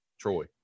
Troy